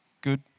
Good